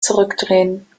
zurückdrehen